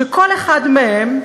שכל אחד מהם,